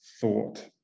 thought